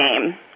name